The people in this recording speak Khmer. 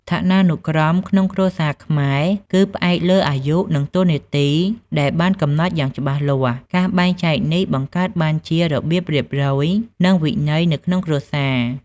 ឋានានុក្រមក្នុងគ្រួសារខ្មែរ គឺផ្អែកលើ អាយុ និងតួនាទី ដែលបានកំណត់យ៉ាងច្បាស់លាស់។ ការបែងចែកនេះបង្កើតបានជា របៀបរៀបរយ និងវិន័យ នៅក្នុងគ្រួសារ។